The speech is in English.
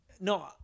No